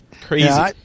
crazy